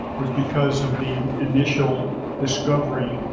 was because of the initial discovery